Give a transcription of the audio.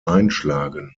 einschlagen